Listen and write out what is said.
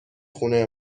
خونه